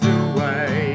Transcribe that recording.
away